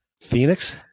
Phoenix